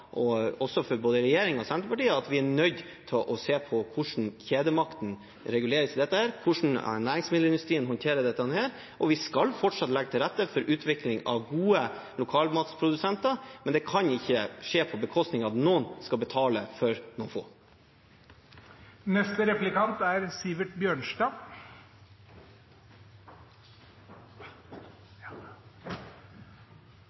for både regjeringen og Senterpartiet at vi er nødt til å se på hvordan kjedemakten reguleres i dette, og hvordan næringsmiddelindustrien håndterer dette. Vi skal fortsatt legge til rette for utvikling av gode lokalmatprodusenter, men det kan ikke skje på bekostning av at noen skal betale for noen